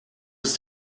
ist